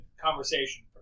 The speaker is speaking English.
conversation